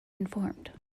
informed